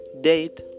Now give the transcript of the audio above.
date